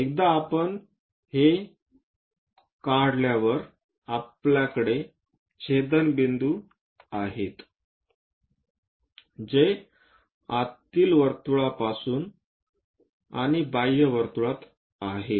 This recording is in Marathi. एकदा आपण हे केल्यावर आपल्याकडे हे छेदनबिंदू आहेत जे आतील वर्तुळापासून आणि बाह्य वर्तुळात आहेत